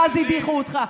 ואז הדיחו אותך.